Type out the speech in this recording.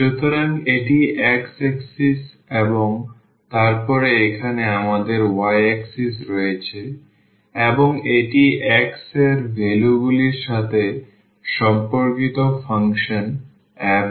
সুতরাং এটি x axis এবং তারপরে এখানে আমাদের y axis রয়েছে এবং এটি x এর ভ্যালুগুলির সাথে সম্পর্কিত ফাংশন f